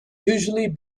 usually